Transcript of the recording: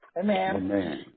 Amen